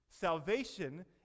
Salvation